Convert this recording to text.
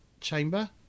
chamber